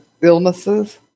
illnesses